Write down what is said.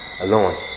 alone